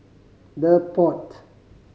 The Pod